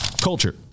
Culture